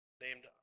named